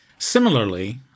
Similarly